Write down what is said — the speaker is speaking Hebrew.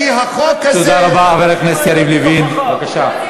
חבר הכנסת יריב לוין, בבקשה.